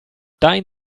dein